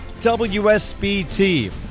WSBT